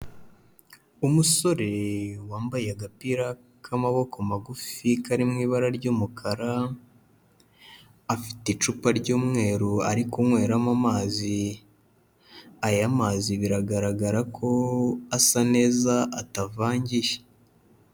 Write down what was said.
Umusore wambaye agapira k'amaboko magufi kari mu ibara ry'umukara, afite icupa ry'umweru ari kunyweramo amazi, aya mazi biragaragara ko asa neza atavangiye.